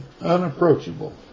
unapproachable